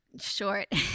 short